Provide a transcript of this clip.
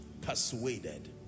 Persuaded